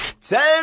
Tell